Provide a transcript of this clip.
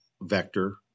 vector